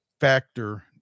factor